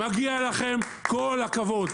מגיע לכם כל הכבוד.